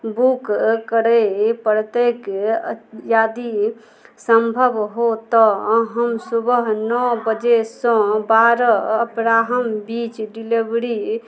book करै पड़तै यदि सम्भव हो तऽ हम सुबह नओ बजेसँ अपराह्न बारहके बीच डिलिवरी